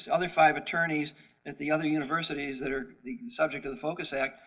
other five attorneys at the other universities that are the subject of the focus act.